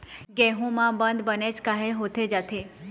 गेहूं म बंद बनेच काहे होथे जाथे?